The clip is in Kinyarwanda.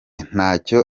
ntacyo